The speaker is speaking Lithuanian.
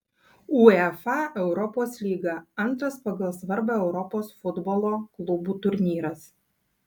uefa europos lyga antras pagal svarbą europos futbolo klubų turnyras